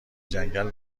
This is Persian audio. جنگل